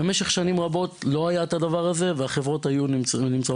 במשך שנים רבות לא היה את הדבר הזה והחברות היו בתחום.